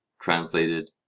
Translated